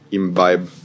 imbibe